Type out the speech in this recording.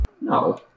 No